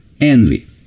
envy